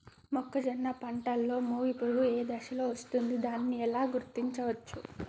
మొక్కజొన్న పంటలో మొగి పురుగు ఏ దశలో వస్తుంది? దానిని ఎలా గుర్తించవచ్చు?